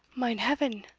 mine heaven!